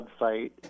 website